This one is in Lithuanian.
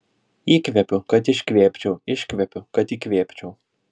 įkvepiu kad iškvėpčiau iškvepiu kad įkvėpčiau